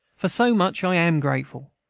for so much i am grateful.